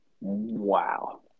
Wow